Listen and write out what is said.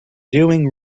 doing